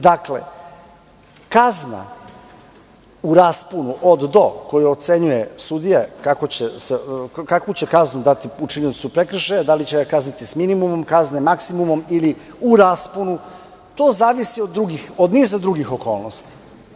Dakle, kazna u rasponu od – do, koju ocenjuje sudija, kakvu će kaznu dati učiniocu prekršaja, da li će ga kazniti s minimum kazne, maksimum ili u rasponu, to zavisi od niza drugih okolnosti.